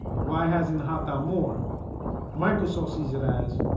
why hasn't half done more microsoft sees it as